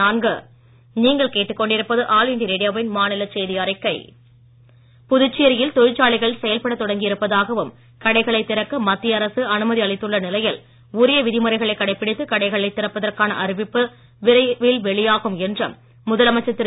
நாராயணசாமி தொழிற்சாலைகள் செயல்படத் புதுச்சேரியில் தொடங்கியிருப்பதாகவும் கடைகளை திறக்க மத்திய அரசு அனுமதி அளித்துள்ள நிலையில் உரிய விதிழுறைகளை கடைபிடித்து கடைகளை திறப்பதற்கான அறிவிப்பு விரைவில் வெளியாகும் என்றும் முதலமைச்சர் திரு